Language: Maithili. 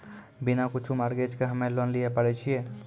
बिना कुछो मॉर्गेज के हम्मय लोन लिये पारे छियै?